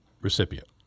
recipient